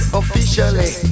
officially